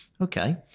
Okay